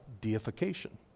deification